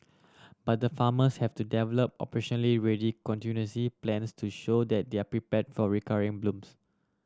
but the farmers have to develop operationally ready contingency plans to show that they are prepared for recurring blooms